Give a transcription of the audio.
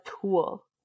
tool